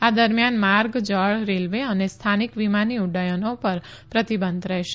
આ દરમિયાન માર્ગ જળ રેલવે અને સ્થાનીક વિમાની ઉડૃયનો પર પ્રતિબંધ રહેશે